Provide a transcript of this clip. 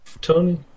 Tony